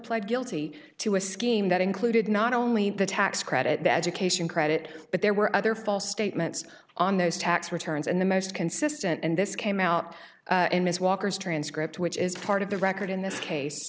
pled guilty to a scheme that included not only the tax credit the education credit but there were other false statements on those tax returns and the most consistent and this came out in his walker's transcript which is part of the record in this case